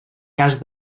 cas